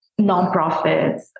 nonprofits